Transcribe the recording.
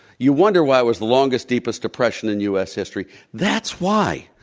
you wonder why it was the longest deepest depression in u. s. history, that's why.